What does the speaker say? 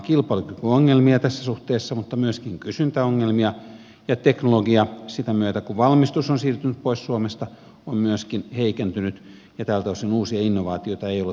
meillä on kilpailukykyongelmia tässä suhteessa mutta myöskin kysyntäongelmia ja teknologia sitä myötä kun valmistus on siirtynyt pois suomesta on myöskin heikentynyt ja tältä osin uusia innovaatioita ei ole tullut toivotulla tavalla